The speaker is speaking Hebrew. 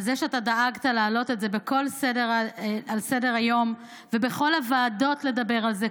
על זה שאתה דאגת להעלות את זה על סדר-היום ובכל הוועדות לדבר על זה.